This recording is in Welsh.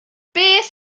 beth